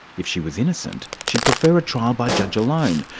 if she was innocent, she'd prefer a trial by judge alone,